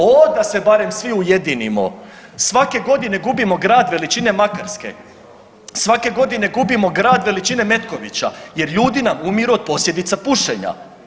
Ovo da se barem svi ujedinimo svake godine gubimo grad veličine Makarske, svake godine gubimo grad veličine Metkovića jer ljudi nam umiru od posljedica pušenja.